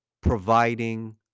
providing